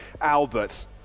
Albert